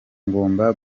ngomba